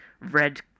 red